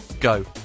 go